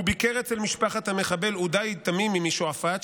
הוא ביקר אצל משפחת המחבל עודאי תמימי משועפאט,